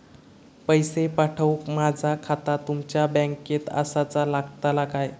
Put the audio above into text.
पैसे पाठुक माझा खाता तुमच्या बँकेत आसाचा लागताला काय?